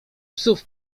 psów